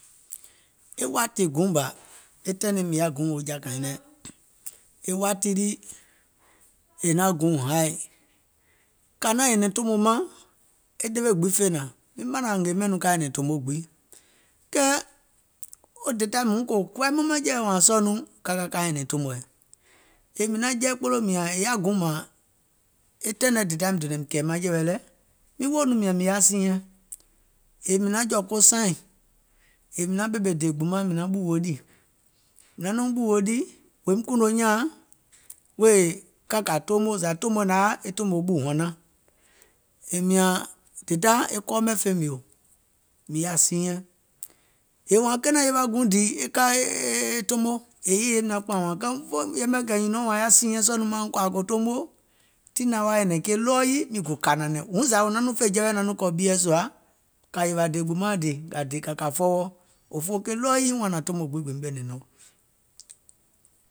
E wȧtì guùŋ bȧ e taìŋ nɛ mìŋ yaȧ jɔ̀ȧkàiŋ lɛ̀, e wati lii è naŋ guùŋ haì, kà naȧŋ nyɛ̀nɛ̀ŋ tòmo maŋ e ɗewe gbiŋ fè naȧŋ, miŋ manȧŋ ngèè ɓɛìŋ ka nyɛ̀nɛ̀ŋ tòmo gbiŋ, wo dèdaim wuŋ kòò wò kùwȧìm nɔŋ maŋjɛ̀wɛ wȧȧŋ sɔɔ̀ ka ka ka nyɛ̀nɛ̀ŋ tòmoɛ̀, yèè mìŋ naŋ jɛi kpoloo mìȧŋ miŋ woò nɔŋ mìȧŋ mìŋ yaȧ siinyɛ̀ŋ, yèè mìŋ naŋ jɔ̀ ko saaìŋ yèè mìŋ naŋ ɓèmè dèè gbùmaȧŋ mìŋ naŋ ɓùwò ɗì, maŋ nɔŋ ɓùwò ɗì, wòim kùùnò nyàaŋ wèè ka kà toomo zȧ tòmoɛ̀ naŋ yaȧ tòmò ɓù hɔ̀naŋ, yèè mìȧŋ dèda e kɔɔ mɛ̀ fèìmìò, mìŋ yaȧ siinyɛŋ, yèè wȧȧŋ yewȧ guùŋ dìì e e e ka e tomo, yèè yèyeim naŋ kpȧȧŋ wȧȧŋ kɛɛùm fè yɛmɛ̀ kɛ̀ nyùnɔ̀ɔŋ wȧȧŋ yaȧ siinyɛŋ sɔɔ̀ nɔŋ mauŋ kòȧ kò toomo, tiŋ naŋ wa nyɛ̀nɛ̀ŋ miŋ gò kȧ nɛ̀nɛ̀ŋ, tiŋ zȧ wò naŋ nɔŋ fè jɛwɛ naŋ nɔŋ kɔ̀ ɓieɛ̀ sùȧ, kà yèwà dèè gbùmaȧŋ dìì kà kȧ fɔɔwɔ, òfoo ke ɗɔɔ yii wȧnaŋ tòmo gbiŋ gòim ɓɛ̀nɛ̀ŋ nɔ̀ɔŋ.